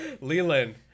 leland